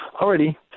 already